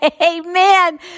Amen